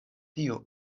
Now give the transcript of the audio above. tiu